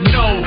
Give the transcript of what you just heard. no